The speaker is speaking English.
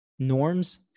norms